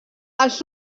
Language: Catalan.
els